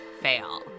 fail